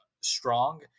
strong